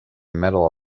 middle